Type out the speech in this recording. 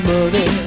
Money